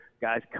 guys